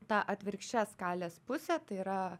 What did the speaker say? ta atvirkščia skalės pusė tai yra